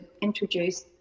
introduce